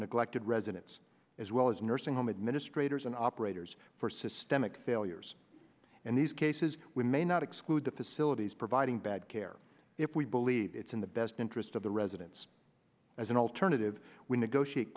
neglected residents as well as nursing home administrators and operators for systemic failures in these cases we may not exclude the facilities providing bad care if we believe it's in the best interest of the residents as an alternative we negotiate